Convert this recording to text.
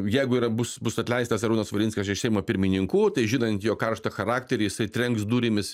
jeigu yra bus bus atleistas arūnas valinskas iš seimo pirmininkų tai žinant jo karštą charakterį jisai trenks durimis